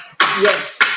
Yes